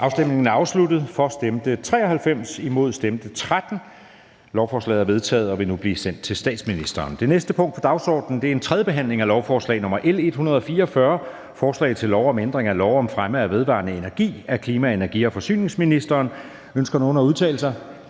Mathiesen (UFG)), hverken for eller imod stemte 0. Lovforslaget er vedtaget og vil nu blive sendt til statsministeren. --- Det næste punkt på dagsordenen er: 39) 3. behandling af lovforslag nr. L 144: Forslag til lov om ændring af lov om fremme af vedvarende energi. (Tydeliggørelse af dansk rets anvendelse på anlæg